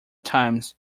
times